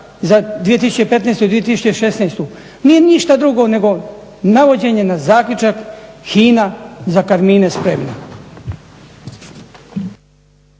za 2015.i 2016.nije ništa drugo nego navođenje na zaključak HINA za karmine spremna.